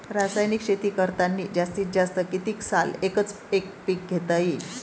रासायनिक शेती करतांनी जास्तीत जास्त कितीक साल एकच एक पीक घेता येईन?